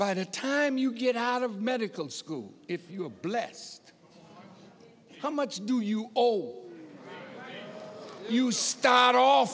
by the time you get out of medical school if you're blessed how much do you owe you start off